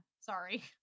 Sorry